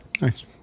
Nice